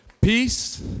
Peace